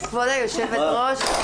כבוד היו"ר,